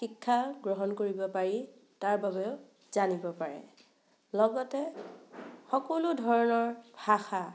শিক্ষা গ্ৰহণ কৰিব পাৰি তাৰবাবেও জানিব পাৰে লগতে সকলো ধৰণৰ ভাষা